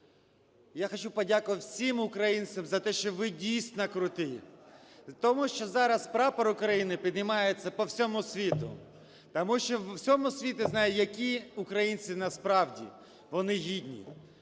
Я хочу подякувати всім українцям за те, що ви дійсно круті. Тому що зараз прапор України піднімається по всьому світу. Тому що в усьому світі знають, які українці насправді. Вони гідні,